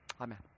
Amen